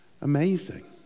Amazing